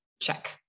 check